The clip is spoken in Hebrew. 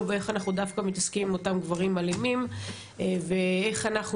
איך אנחנו דווקא מתעסקים עם אותם גברים אלימים ואיך אנחנו